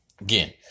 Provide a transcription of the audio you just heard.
Again